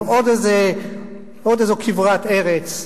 עוד איזו כברת ארץ,